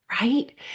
Right